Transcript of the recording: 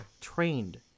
trained